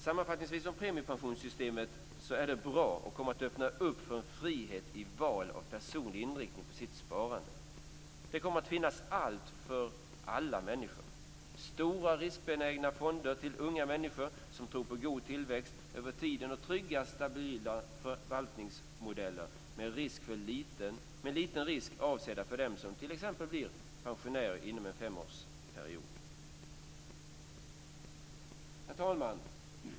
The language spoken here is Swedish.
Sammanfattningsvis: Premiepensionssystemet är bra och kommer att öppna för en frihet i val av personlig inriktning på det egna sparandet. Det kommer att finnas allt för alla människor - stora riskbenägna fonder för unga människor som tror på god tillväxt över tiden och trygga stabila förvaltningsmodeller med liten risk avsedda t.ex. för dem som blir pensionärer inom en femårsperiod. Herr talman!